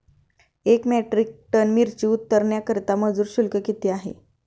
एक metric ton मिरची उतरवण्याकरता मजूर शुल्क किती आहे?